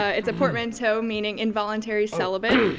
ah it's a portmanteau meaning involuntary celibate.